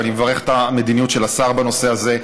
ואני מברך על המדיניות של השר בנושא הזה,